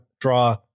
draw